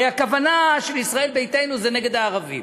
הרי הכוונה של ישראל ביתנו זה נגד הערבים.